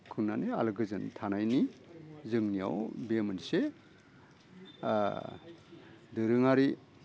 खुंनानै आलो गोजोन थानायनि जोंनियाव बेयो मोनसे दोरोङोरि